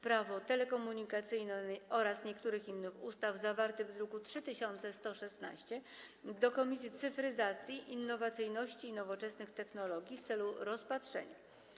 Prawo telekomunikacyjne oraz niektórych innych ustaw, zawarty w druku nr 3116, do Komisji Cyfryzacji, Innowacyjności i Nowoczesnych Technologii w celu rozpatrzenia.